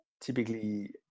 typically